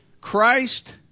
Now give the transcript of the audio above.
Christ